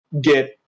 get